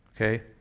Okay